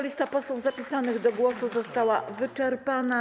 Lista posłów zapisanych do głosu została wyczerpana.